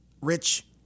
Rich